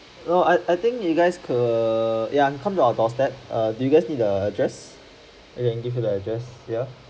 no I I think you guys could ya come to our doorstep err do you guys need the address and then give you the address ya